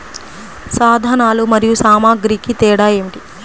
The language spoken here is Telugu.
సాధనాలు మరియు సామాగ్రికి తేడా ఏమిటి?